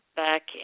back